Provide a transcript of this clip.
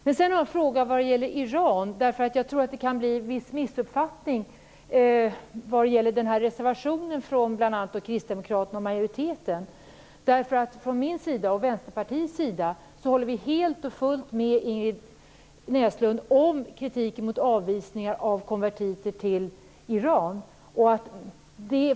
Men sedan har jag en fråga när det gäller Iran - jag tror att det kan uppstå en viss missuppfattning på den punkten när det gäller reservationen från Kristdemokraterna. Jag och Vänsterpartiet håller helt och fullt med Ingrid Näslund om kritiken mot avvisningar av konvertiter till Iran.